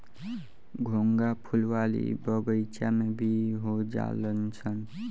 घोंघा फुलवारी बगइचा में भी हो जालनसन